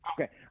Okay